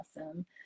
awesome